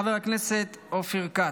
חבר הכנסת אופיר כץ.